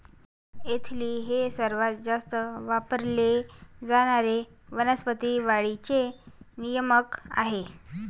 ethylene हे सर्वात जास्त वापरले जाणारे वनस्पती वाढीचे नियामक आहे